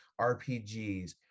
RPGs